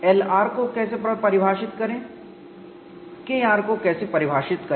Lr को कैसे परिभाषित करें Kr को कैसे परिभाषित करें